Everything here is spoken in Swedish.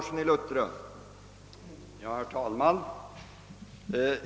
Herr talman!